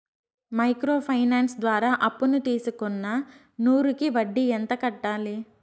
Micro finance ద్వారా అప్పును తీసుకున్న నూరు కి వడ్డీ ఎంత కట్టాలి?